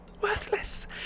Worthless